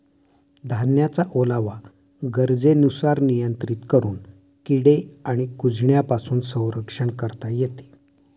धान्याचा ओलावा गरजेनुसार नियंत्रित करून किडे आणि कुजण्यापासून संरक्षण करता येते